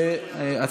אשר על כן,